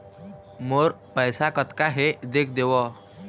मोर पैसा कतका हे देख देव?